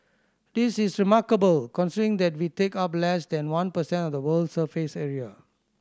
this is remarkable considering that we take up less than one per cent of the world's surface area